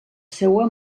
seua